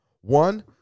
One